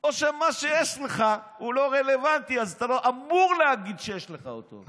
או שמה שיש לך הוא לא רלוונטי ואז אתה לא אמור להגיד שיש לך אותו,